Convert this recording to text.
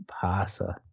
passer